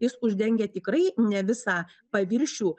jis uždengia tikrai ne visą paviršių